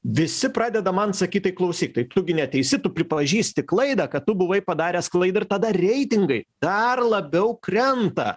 visi pradeda man sakyt tai klausyk tai tu gi neteisi tu pripažįsti klaidą kad tu buvai padaręs klaidą ir tada reitingai dar labiau krenta